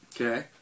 Okay